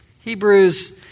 Hebrews